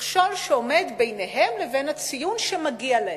מכשול שעומד ביניהם לבין הציון שמגיע להם.